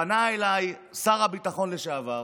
פנה אליי שר הביטחון לשעבר